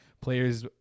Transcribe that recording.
players